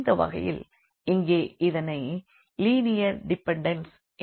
இந்த வகையில் இங்கே இதனை லினியர் டிபென்டன்ஸ் என அழைக்கிறோம்